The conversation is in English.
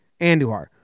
Anduhar